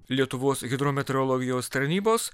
lietuvos hidrometeorologijos tarnybos